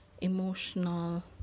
emotional